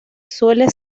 suele